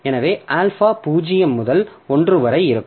எனவே ஆல்பா 0 முதல் 1 வரை இருக்கும்